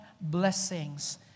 blessings